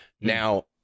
now